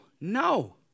No